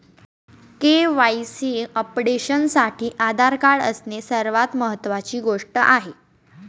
KYC अपडेशनसाठी Aadhaar card असणे सर्वात महत्वाची गोष्ट आहे